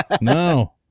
No